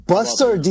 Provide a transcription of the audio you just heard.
Buster